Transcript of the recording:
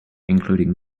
including